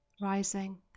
rising